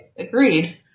Agreed